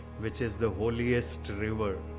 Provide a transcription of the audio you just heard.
which is the holiest river.